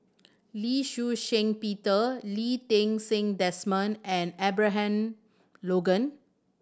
Lee Shih Shiong Peter Lee Ti Seng Desmond and Abraham Logan